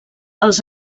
els